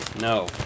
No